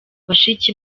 bashiki